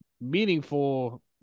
meaningful